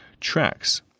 tracks